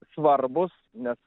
svarbūs nes